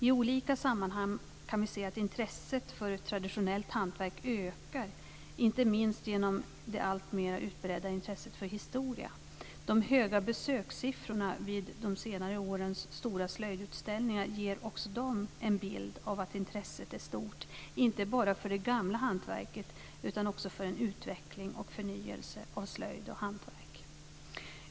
I olika sammanhang kan vi se att intresset för traditionellt hantverk ökar, inte minst genom det alltmer utbredda intresset för historia. De höga besökssiffrorna vid de senaste årens stora slöjdutställningar ger också de en bild av att intresset är stort, inte bara för det gamla hantverket utan också för en utveckling och förnyelse av slöjd och hantverk.